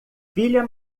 filha